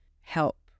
help